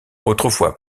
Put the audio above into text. autrefois